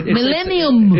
Millennium